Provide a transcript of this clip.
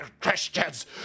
Christians